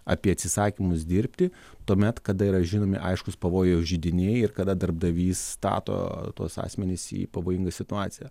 apie atsisakymus dirbti tuomet kada yra žinomi aiškūs pavojaus židiniai ir kada darbdavys stato tuos asmenis į pavojingą situaciją